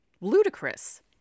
ludicrous